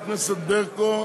חברת הכנסת ברקו,